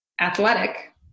athletic